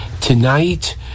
Tonight